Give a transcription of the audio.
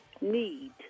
need